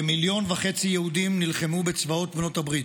כמיליון וחצי יהודים נלחמו בצבאות בעלות הברית,